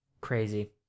Crazy